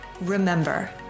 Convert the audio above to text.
Remember